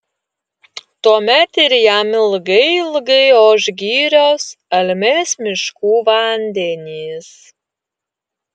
tuomet ir jam ilgai ilgai oš girios almės miškų vandenys